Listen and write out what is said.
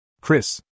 Chris